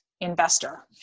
investor